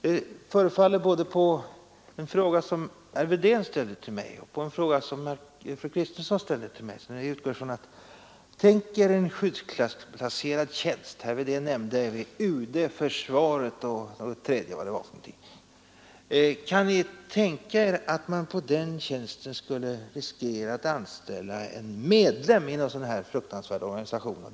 Det förefaller både på en fråga som herr Wedén ställde till mig och på en fråga som fru Kristensson ställde till mig som om de utgick från detta: Kan ni tänka er att på en skyddsklassplacerad tjänst — herr Wedén nämnde UD, försvaret och något ytterligare — riskera att anställa en medlem av sådana här fruktansvärda organisationer?